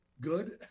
good